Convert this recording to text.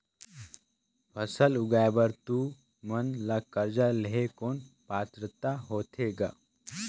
फसल उगाय बर तू मन ला कर्जा लेहे कौन पात्रता होथे ग?